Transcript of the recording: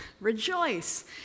Rejoice